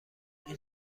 این